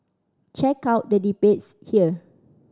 check out the debates here